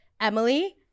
Emily